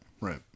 right